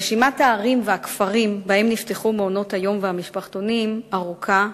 רשימת הערים והכפרים שבהם נפתחו מעונות-היום והמשפחתונים ארוכה,